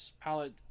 palette